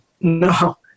no